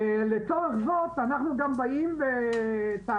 ולצורך זאת אנחנו גם באים בטענה,